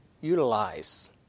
utilize